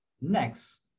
next